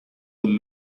the